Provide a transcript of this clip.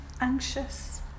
anxious